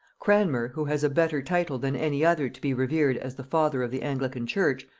cranmer, who has a better title than any other to be revered as the father of the anglican church,